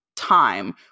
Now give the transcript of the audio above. time